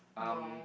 um